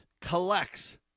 collects